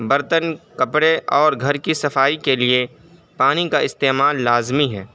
برتن کپڑے اور گھر کی صفائی کے لیے پانی کا استعمال لازمی ہے